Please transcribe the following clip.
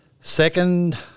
second